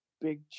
big